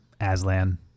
Aslan